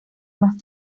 más